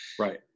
Right